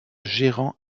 gérant